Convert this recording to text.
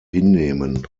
hinnehmen